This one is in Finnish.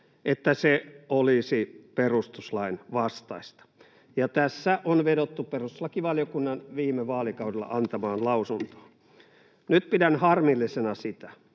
olisi perustuslain vastaista, ja tässä on vedottu perustuslakivaliokunnan viime vaalikaudella antamaan lausuntoon. Nyt pidän harmillisena sitä,